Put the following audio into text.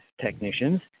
technicians